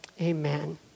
Amen